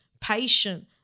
patient